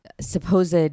supposed